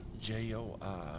J-O-I